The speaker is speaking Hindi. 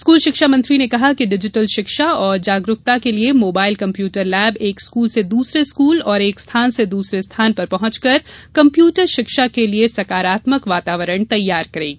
स्कूल शिक्षा मंत्री ने कहा कि डिजिटल शिक्षा एवं जागरूकता के लिये मोबाइल कम्प्यूटर लैब एक स्कूल से दूसरे स्कूल और एक स्थान से दूसरे स्थान पर पहुँचकर कम्प्यूटर शिक्षा के लिये सकारात्मक वातावरण तैयार करेगी